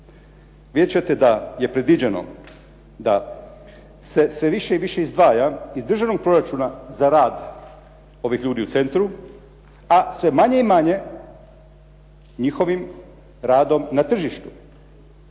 ćete da je predviđeno da se sve više i više izdvaja iz državnog proračuna za rad ovih ljudi u centru, a sve manje i manje njihovim radom na tržištu.